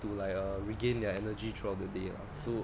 to like err regain their energy throughout the day lah so